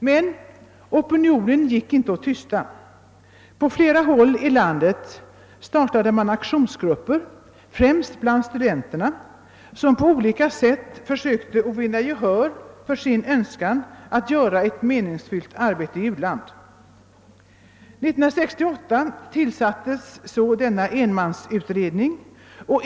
Men opinionen kunde inte tystas. På flera håll i landet startades aktionsgrupper, främst bland studenterna, som på olika sätt sökte vinna gehör för sin önskan att göra en meningsfylld insats i uland. År 1968 tillsattes så enmansutredningen.